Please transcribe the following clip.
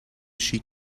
she